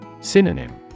Synonym